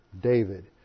David